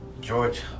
George